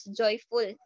joyful